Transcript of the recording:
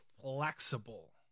flexible